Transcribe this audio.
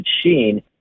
Sheen